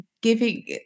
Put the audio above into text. giving